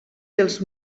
dels